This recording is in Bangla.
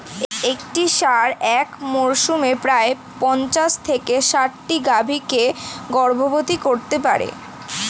একটি ষাঁড় এক মরসুমে প্রায় পঞ্চাশ থেকে ষাটটি গাভী কে গর্ভবতী করতে পারে